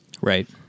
Right